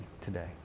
today